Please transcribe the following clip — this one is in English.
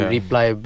Reply